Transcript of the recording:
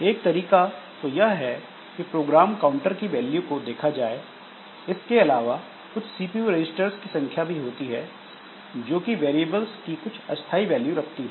एक तरीका तो यह है की प्रोग्राम काउंटर की वैल्यू को देखा जाए इसके अलावा कुछ सीपीयू रजिस्टर्स की संख्या भी होती है जोकि वेरिएबल्स की कुछ अस्थाई वैल्यू रखती हैं